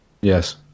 Yes